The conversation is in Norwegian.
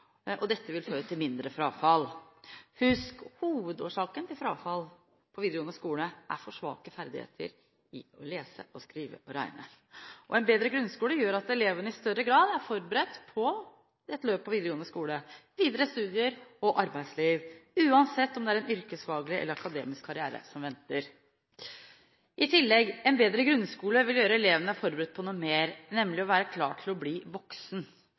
mestring. Dette vil føre til mindre frafall. Husk at hovedårsaken til frafall i videregående skole er for svake ferdigheter i å lese og skrive og regne. En bedre grunnskole gjør at elevene i større grad er forberedt på et løp på videregående skole, i videre studier og arbeidsliv, uansett om det er en yrkesfaglig eller en akademisk karriere som venter. I tillegg vil en bedre grunnskole gjøre elevene bedre forberedt på noe mer, nemlig å bli klar til å bli voksen,